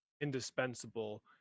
indispensable